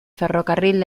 ferrocarril